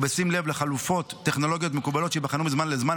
ובשים לב לחלופות טכנולוגיות מקובלות שייבחנו מזמן לזמן,